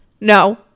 no